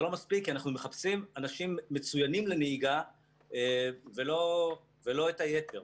זה לא מספיק כי אנחנו מחפשים אנשים מצוינים לנהיגה ולא את היתר.